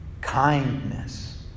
kindness